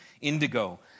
Indigo